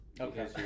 Okay